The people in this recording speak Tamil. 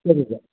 சரிங்க சார்